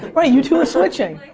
right, you two are switching.